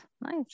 nice